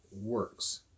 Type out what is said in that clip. works